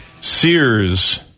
Sears